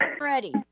ready